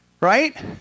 Right